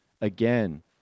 Again